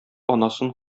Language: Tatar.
анасын